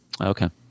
Okay